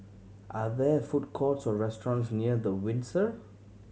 are there food courts or restaurants near The Windsor